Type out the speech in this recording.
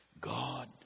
God